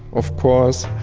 of course,